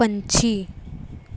ਪੰਛੀ